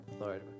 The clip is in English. Lord